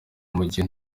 mugihe